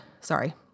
Sorry